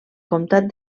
comtat